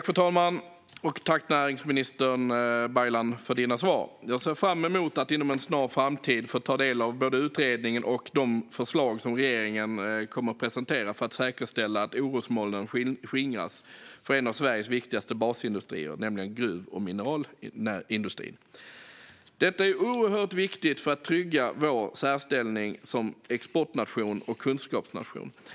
Fru talman! Tack, näringsminister Baylan, för dina svar! Jag ser fram emot att inom en snar framtid få ta del av både utredningen och de förslag som regeringen kommer att presentera för att säkerställa att orosmolnen skingras för en av Sveriges viktigaste basindustrier, nämligen gruv och mineralindustrin. Detta är oerhört viktigt för att trygga vår särställning som exportnation och kunskapsnation.